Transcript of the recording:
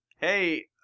Hey